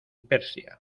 persia